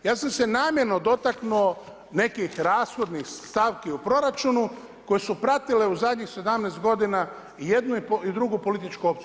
Ja sam se namjerno dotaknuo nekih rashodnih stavki u proračunu koji su pratile u zadnjih 17 godina jednu i drugu političku opciju.